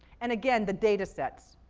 and again, the data sets?